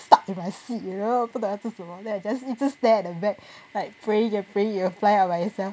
stuck in my seat you know 我不懂要做什么 then I just 一直 stare at the bat like praying and praying it will fly out by itself